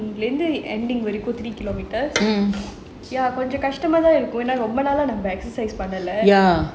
இங்க இருந்து:inga irunthu ending வரைக்கும்:varaikum three kilometre கொஞ்சம் கஷ்டமாதான் இருக்கு ஏனா ரொம்ப நாளா நம்ம:konjam kashtamaa thaan iruku yaenaa romba naalaa namma exercise பண்ணல:pannala